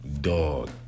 Dog